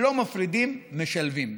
לא מפרידים, משלבים.